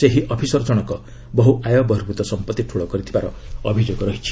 ସେହି ଅଫିସର ଜଣକ ବହୁ ଆୟ ବର୍ହଭୂତ ସମ୍ପତ୍ତି ଠୁଳ କରିଥିବା ଅଭିଯୋଗ ହୋଇଥିଲା